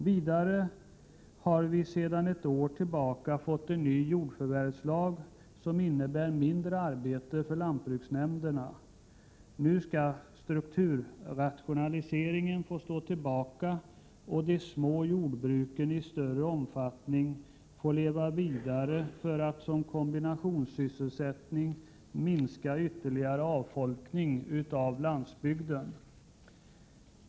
Vidare har vi sedan ett år tillbaka en ny jordförvärvslag, som innebär mindre arbete för lantbruksnämnderna. Nu skall strukturrationaliseringen få stå tillbaka och de små jordbruken i större omfattning få leva vidare för att på grundval av kombinationssysselsättning minska ytterligare avfolkning av landsbygden.